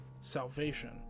Salvation